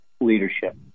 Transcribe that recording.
leadership